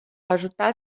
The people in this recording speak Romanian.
ajuta